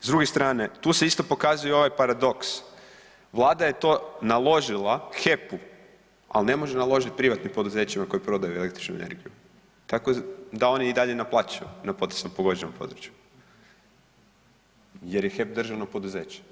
S druge strane, tu se isto pokazuje ovaj paradoks, Vlada je to naložila HEP-u, ali ne može naložiti privatnim poduzećima koji prodaju električnu energiju, tako da oni i dalje naplaćuju na potresom pogođenom području jer je HEP državno poduzeće.